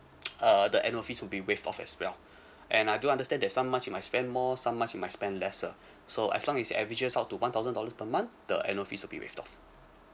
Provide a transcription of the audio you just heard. uh the annual fees will waived off as well and I do understand that some months you might spend more some months you might spend lesser so as long as it's averages up to one hundred dollar per month the annual fees will be waived off